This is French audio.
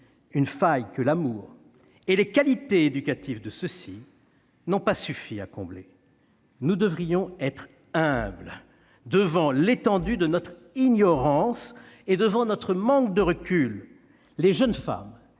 une faille que l'amour et les qualités éducatives de ceux-ci n'ont pas suffi à combler. Nous devrions être humbles devant l'étendue de notre ignorance et devant notre manque de recul. Les jeunes femmes